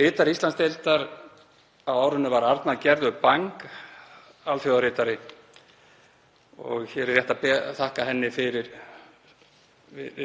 Ritari Íslandsdeildar var Arna Gerður Bang alþjóðaritari. Og rétt er að þakka henni fyrir